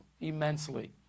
immensely